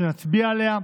שנצביע עליה,